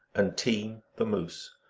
and team, the moose.